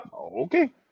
Okay